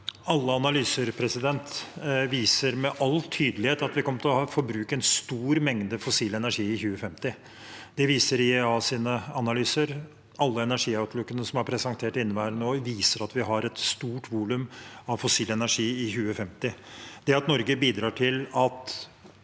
Alle analyser vi- ser med all tydelighet at vi kommer til å forbruke en stor mengde fossil energi i 2050. Det viser IEAs analyser. Alle «Energy Outlook»-ene som er presentert i inneværende år, viser at vi har et stort volum av fossil energi i 2050. Det at Norge bidrar til at